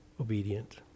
obedient